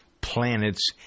planets